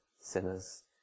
sinners